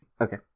Okay